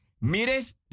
Mires